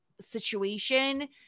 situation